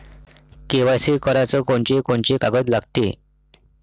KYC कराच कोनचे कोनचे कागद लागते?